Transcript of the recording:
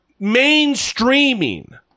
mainstreaming